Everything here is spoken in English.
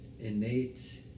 innate